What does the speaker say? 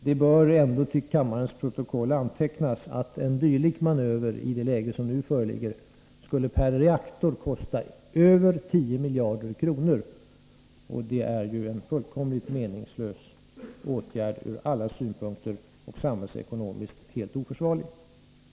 Det bör ändå till kammarens protokoll antecknas att en dylik manöver, i det läge som nu föreligger, skulle kosta över 10 miljarder kronor per reaktor. Det är en fullständigt meningslös åtgärd ur alla synpunkter och samhällsekonomiskt helt oförsvarlig.